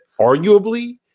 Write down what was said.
arguably